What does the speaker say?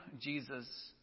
Jesus